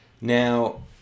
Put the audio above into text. Now